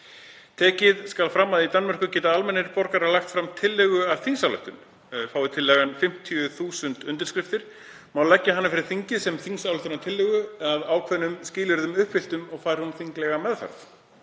Tekið skal fram að í Danmörku geta almennir borgarar lagt fram tillögu að þingsályktun. Fái tillagan 50.000 undirskriftir má leggja hana fyrir þingið sem þingsályktunartillögu að ákveðnum skilyrðum uppfylltum og fær hún þinglega meðferð.